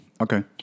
Okay